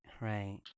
right